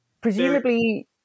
Presumably